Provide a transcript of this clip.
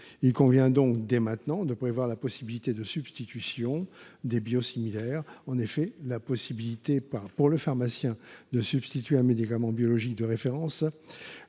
Il convient donc dès maintenant de prévoir une possibilité de substitution de tous les biosimilaires. En effet, la possibilité pour le pharmacien de substituer un médicament biologique de référence